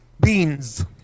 Beans